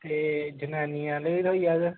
ते जनानियां आह्ले थ्होई जाह्ग